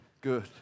Good